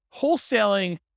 wholesaling